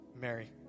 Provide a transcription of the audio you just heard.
Mary